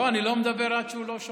לא, אני לא מדבר עד שהוא שומע.